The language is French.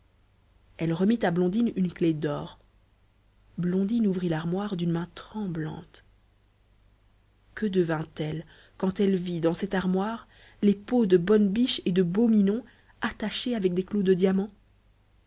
elle remit à blondine une clef d'or blondine ouvrit l'armoire d'une main tremblante que devint-elle quand elle vit dans cette armoire les peaux de bonne biche et de beau minon attachées avec des clous de diamant